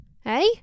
Hey